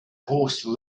horse